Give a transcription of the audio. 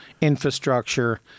infrastructure